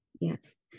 yes